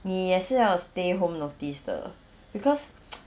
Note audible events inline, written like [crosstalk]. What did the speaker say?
你也是要 stay home notice 的 because [noise]